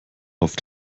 auf